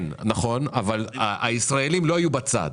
כן, נכון, אבל הישראלים לא היו בצד.